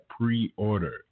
pre-order